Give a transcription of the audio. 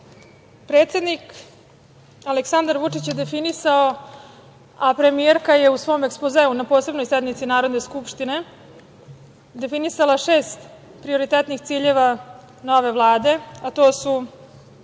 turizma. Predsednik Aleksandar Vučić je definisao, a premijerka je u svom ekspozeu na posebnoj sednici naredne Skupštine definisala šest prioritetnih ciljeva nove Vlade, a to su